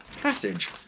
passage